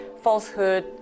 falsehood